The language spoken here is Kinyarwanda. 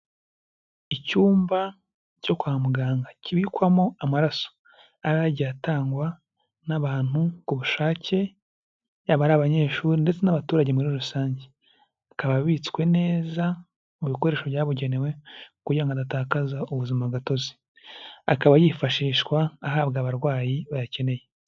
Icyumba cyo kwa muganga kibikwamo amaraso aba yagiye atangwa n'abantu ku bushake, yaba ari abanyeshuri ndetse n'abaturage muri rusange. Akaba abitswe neza mu bikoresho byabugenewe kugira ngo adatakaza ubuzima gatozi. Akaba yifashishwa ahabwa abarwayi bayakeneye.